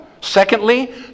Secondly